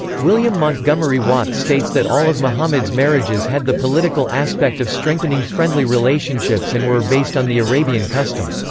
william montgomery watt states that all of muhammad's marriages had the political aspect of strengthening friendly relationships and were based on the arabian custom.